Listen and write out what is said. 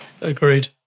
agreed